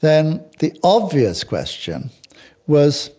then the obvious question was